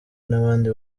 n’abandi